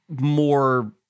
more